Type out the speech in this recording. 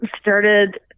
started